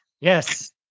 Yes